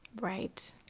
Right